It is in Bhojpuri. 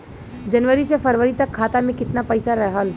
जनवरी से फरवरी तक खाता में कितना पईसा रहल?